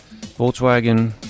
Volkswagen